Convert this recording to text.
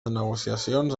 negociacions